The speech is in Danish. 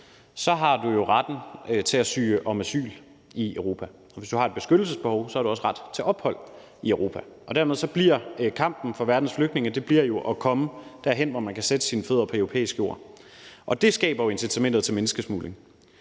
har du retten til at søge om asyl i Europa. Og hvis du har et beskyttelsesbehov, har du også ret til ophold i Europa. Dermed bliver kampen for verdens flygtninge at komme derhen, hvor man kan sætte sine fødder på europæisk jord, og det skaber jo incitamentet til menneskesmugling.